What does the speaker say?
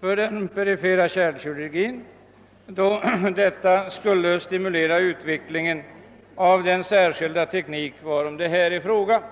för den perifera kärlkirurgin, då detta skulle stimulera utvecklingen av den särskilda teknik varom här är fråga.